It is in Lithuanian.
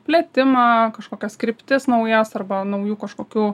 plėtimą kažkokias kryptis naujas arba naujų kažkokių